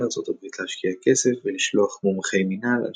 החלה ארצות הברית להשקיע כסף ולשלוח מומחי מינהל,